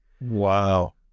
Wow